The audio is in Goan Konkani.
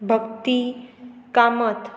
भक्ती कामत